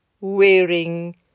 wearing